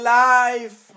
life